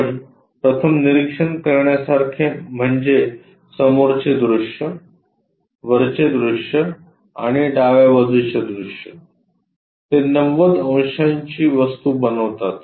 आपण प्रथम निरीक्षण करण्यासारखे म्हणजे समोरचे दृश्य वरचे दृश्य आणि डाव्या बाजूचे दृश्य ते 90 अंशांची वस्तू बनवतात